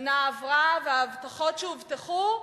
שנה עברה וההבטחות שהובטחו,